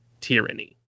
tyranny